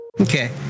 okay